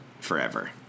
forever